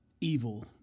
evil